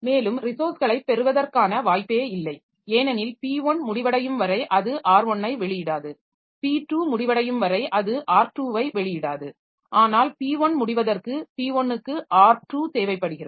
மேலும் ரிசோர்ஸ்களைப் பெறுவதற்கான வாய்ப்பே இல்லை ஏனெனில் P1 முடிவடையும் வரை அது R1 ஐ வெளியிடாது P2 முடிவடையும் வரை அது R2 ஐ வெளியிடாது ஆனால் P1 முடிவதற்கு P1 க்கு R2 தேவைப்படுகிறது